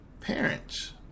parents